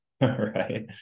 right